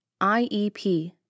IEP